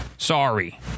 sorry